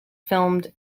filmed